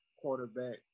quarterback